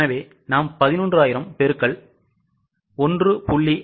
எனவே நாம் 11000 பெருக்கல் 1